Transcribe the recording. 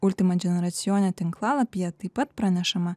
ultimadžineracijone tinklalapyje taip pat pranešama